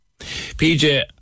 PJ